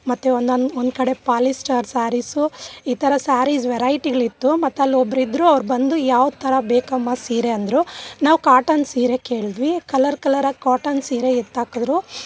ಮತ್ತು ಒಂದೊಂದು ಒಂದುಕಡೆ ಪಾಲಿಸ್ಟರ್ ಸಾರೀಸು ಈ ಥರ ಸಾರೀಸ್ ವೆರೈಟಿಗಳಿತ್ತು ಮತ್ತು ಅಲ್ಲೊಬ್ರು ಇದ್ರು ಅವ್ರು ಬಂದು ಯಾವ್ತರ ಬೇಕಮ್ಮ ಸೀರೆ ಅಂದರು ನಾವು ಕಾಟನ್ ಸೀರೆ ಕೇಳಿದ್ವಿ ಕಲರ್ ಕಲರಾಗಿ ಕಾಟನ್ ಸೀರೆ ಎತ್ತಿ ಹಾಕಿದ್ರು